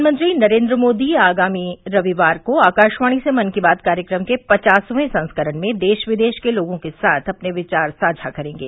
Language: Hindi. प्रधानमंत्री नरेंद्र मोदी आगामी रविवार को आकाशवाणी से मन की बात कार्यक्रम के पचासवें संस्करण में देश विदेश के लोगों के साथ अपने विचार साझा करेंगे